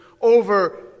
over